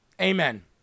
Amen